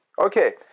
Okay